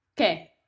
Okay